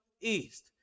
East